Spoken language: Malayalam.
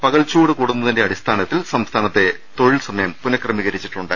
പകൽ ചൂട് കൂടുന്നതിന്റെ അടിസ്ഥാനത്തിൽ സംസ്ഥാനത്തെ തൊഴിൽ സമയം പുനക്രമീകരിച്ചിട്ടുണ്ട്